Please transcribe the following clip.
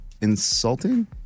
insulting